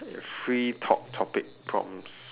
free talk topic prompts